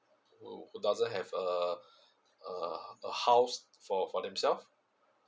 who doesn't have a a a house for for themselves